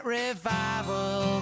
revival